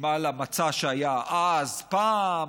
מתאימה למצע שהיה אז, פעם,